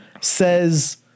says